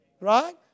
Right